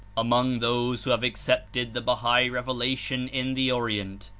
among those who have accepted the bahai reve lation in the orient,